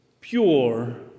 pure